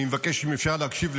אני מבקש אם אפשר להקשיב,